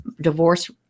divorce